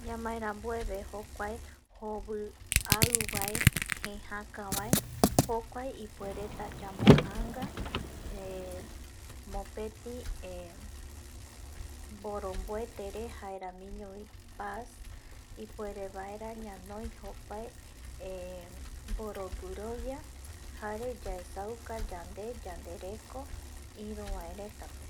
Ñamae ranbuebe jokuae jobiaiubae jekaca bae jokuae ipuereta yamo janga mopeti eh boronbuete re jaeramiño bi paz, ipuere bae ra ñanoi jokuae borowirobia jare yaesauka yandereko iru bae reta pe